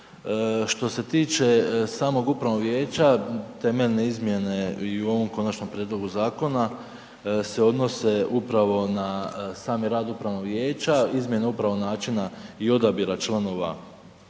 Što se tiče samog upravnog vijeća, temeljne izmjene i u ovom konačnom prijedlogu zakona se odnose upravo na sami rad upravnog vijeća, izmjene upravo načina i odabira članova